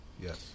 Yes